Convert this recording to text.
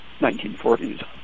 1940s